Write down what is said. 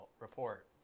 Report